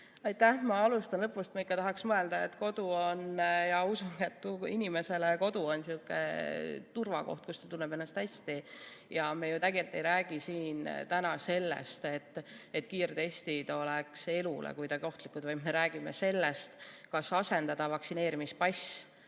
Aitäh! Ma alustan lõpust. Ma ikka tahaks mõelda ja uskuda, et kodu on inimesele sihuke turvakoht, kus ta tunneb ennast hästi. Ja me ju tegelikult ei räägi siin sellest, et kiirtestid oleks elule kuidagi ohtlikud. Me räägime sellest, kas asendada vaktsineerimispass